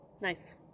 Nice